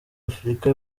afurika